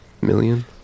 million